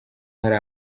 hari